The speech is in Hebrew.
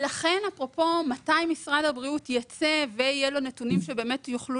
לגבי מתי משרד הבריאות יצא ויהיו לו נתונים שבאמת יוכלו